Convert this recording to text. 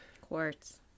Quartz